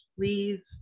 please